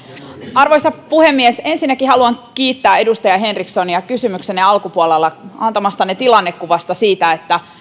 arvoisa puhemies ensinnäkin haluan kiittää edustaja henrikssonia kysymyksenne alkupuolella antamastanne tilannekuvasta että